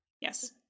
Yes